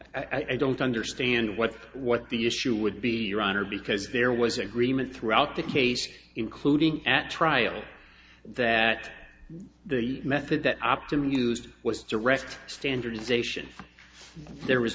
answered i don't understand what what the issue would be your honor because there was agreement throughout the case including at trial that the method that optimal used was to rest standardisation there was